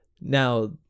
Now